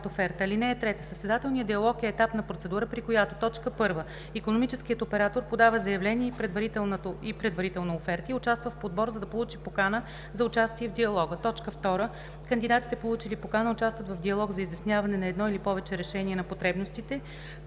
оферта. (3) Състезателният диалог е етапна процедура, при която: 1. икономическият оператор подава заявление и предварителна оферта, и участва в подбор, за да получи покана за участие в диалога; 2. кандидатите, получили покана участват в диалог за изясняване на едно или повече решения на потребностите,